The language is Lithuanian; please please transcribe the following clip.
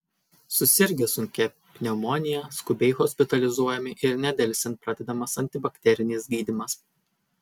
susirgę sunkia pneumonija skubiai hospitalizuojami ir nedelsiant pradedamas antibakterinis gydymas